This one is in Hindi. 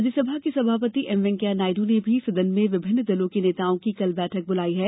राज्यसभा के सभापति एम वेंकैया नायड् ने भी सदन में विभिन्न दलों के नेताओं की कल बैठक बुलाई है